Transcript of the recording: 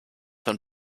von